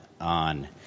on